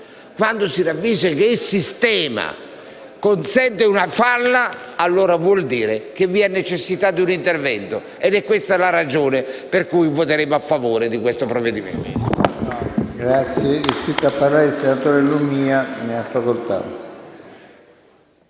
norma e che il sistema consente una falla, vuol dire che vi è necessità di un intervento, ed è questa la ragione per cui voteremo a favore di questo provvedimento.